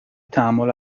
تحمل